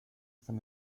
von